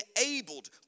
enabled